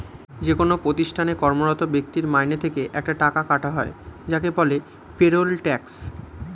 যেকোন প্রতিষ্ঠানে কর্মরত ব্যক্তির মাইনে থেকে একটা টাকা কাটা হয় যাকে বলে পেরোল ট্যাক্স